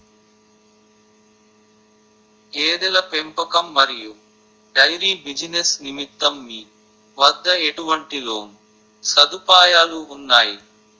గేదెల పెంపకం మరియు డైరీ బిజినెస్ నిమిత్తం మీ వద్ద ఎటువంటి లోన్ సదుపాయాలు ఉన్నాయి?